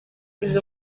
izi